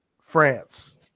France